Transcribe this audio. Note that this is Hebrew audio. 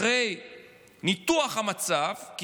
אחרי ניתוח המצב.